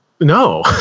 no